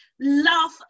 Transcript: love